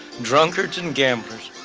drunkards and gamblers,